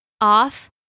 off